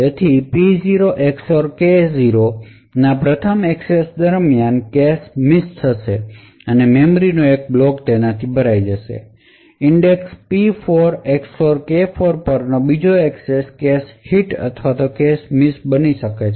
તેથી P0 XOR K0 ના પ્રથમ એક્સેસ દરમિયાન કેશ મિસ થશે અને મેમરી નો એક બ્લોક કેશમાં ભરાઈ જશે ઇંડેક્સ P4 XOR K4 પરનો બીજો એક્સેસ કેશ હિટ અથવા કેશ મિસ બની શકે છે